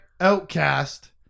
Outcast